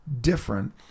different